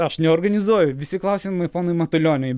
aš neorganizuoju visi klausimai ponui matulioniui